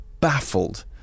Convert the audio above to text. baffled